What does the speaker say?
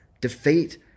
defeat